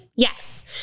Yes